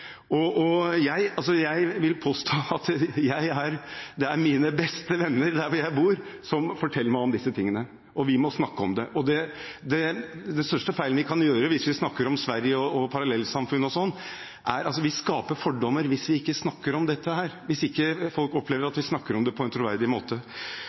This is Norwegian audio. typen utfordringer. Jeg vil påstå at det er mine beste venner der jeg bor, som forteller meg om disse tingene. Vi må snakke om det. Med tanke på f.eks. Sverige og parallellsamfunn er den største feilen vi kan gjøre, ikke å snakke om det. Vi skaper fordommer hvis folk ikke opplever at vi snakker om dette på en troverdig måte.